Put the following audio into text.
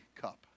cup